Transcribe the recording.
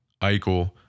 Eichel